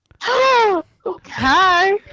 hi